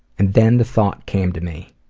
and then the thought came to me.